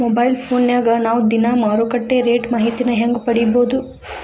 Mobile ಫೋನ್ಯಾಗ ನಾವ್ ದಿನಾ ಮಾರುಕಟ್ಟೆ ರೇಟ್ ಮಾಹಿತಿನ ಹೆಂಗ್ ಪಡಿಬೋದು?